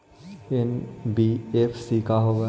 NBFC का होब?